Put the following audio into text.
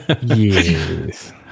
yes